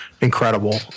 incredible